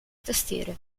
tastiere